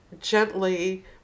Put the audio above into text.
gently